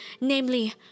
namely